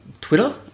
Twitter